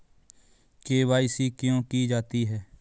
KYC क्यों की जाती है?